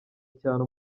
cyane